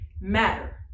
matter